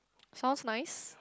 sounds nice